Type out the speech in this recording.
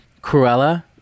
cruella